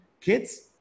kids